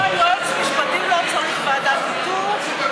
היא אמרה: יועץ משפטי לא צריך ועדת איתור,